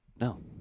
No